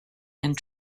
and